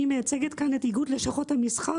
אני מייצגת כאן את איגוד לשכות המסחר,